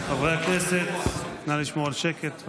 חברי הכנסת, נא לשמור על שקט.